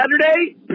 Saturday